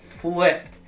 flipped